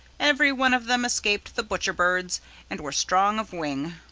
every one of them escaped the butcher birds and were strong of wing.